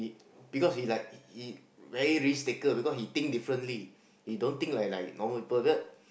because he like he he very risk taker because he think differently he don't think like like normal people because